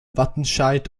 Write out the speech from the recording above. wattenscheid